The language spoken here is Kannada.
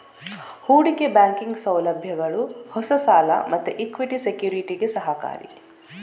ಹೂಡಿಕೆ ಬ್ಯಾಂಕಿಂಗ್ ಸೌಲಭ್ಯಗಳು ಹೊಸ ಸಾಲ ಮತ್ತೆ ಇಕ್ವಿಟಿ ಸೆಕ್ಯುರಿಟಿಗೆ ಸಹಕಾರಿ